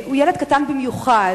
הוא קטן במיוחד,